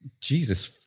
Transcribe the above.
Jesus